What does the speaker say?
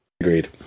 Agreed